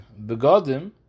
begodim